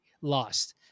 lost